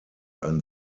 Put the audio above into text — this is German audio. ein